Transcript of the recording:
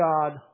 God